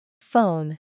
Phone